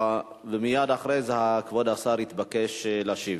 ומייד אחרי זה כבוד השר יתבקש להשיב.